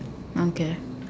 okay